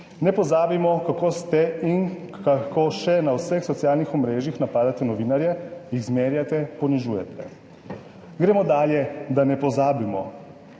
Ne pozabimo, kako ste in kako še na vseh socialnih omrežjih napadate novinarje, jih zmerjate, ponižujete. Gremo dalje, da ne pozabimo,